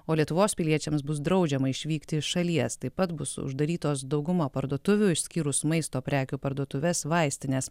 o lietuvos piliečiams bus draudžiama išvykti iš šalies taip pat bus uždarytos dauguma parduotuvių išskyrus maisto prekių parduotuves vaistines